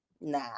Nah